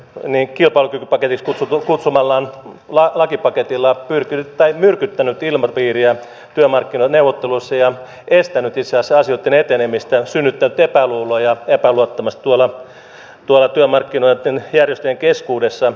uinnin kilpailukyky patteristossa tolkuttomalla kilpailukykypaketiksi kutsumallaan lakipaketilla myrkyttänyt ilmapiiriä työmarkkinaneuvotteluissa ja estänyt itse asiassa asioitten etenemistä ja synnyttänyt epäluuloa ja epäluottamusta tuolla työmarkkinajärjestöjen keskuudessa